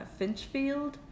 Finchfield